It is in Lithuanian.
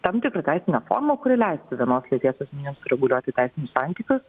tam tikrą teisinę formą kuri leistų vienos lyties asmenims reguliuoti teisinius santykius